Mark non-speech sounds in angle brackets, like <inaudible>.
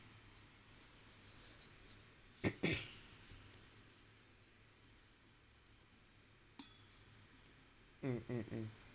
<noise> mm mm mm